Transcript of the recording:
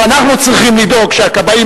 פה אנחנו צריכים לדאוג שהכבאים,